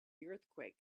earthquake